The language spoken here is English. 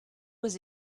was